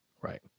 Right